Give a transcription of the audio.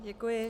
Děkuji.